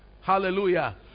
Hallelujah